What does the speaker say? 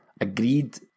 agreed